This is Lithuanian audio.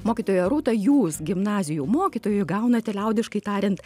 mokytoja rūta jūs gimnazijų mokytojai gaunate liaudiškai tariant